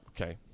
Okay